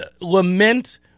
lament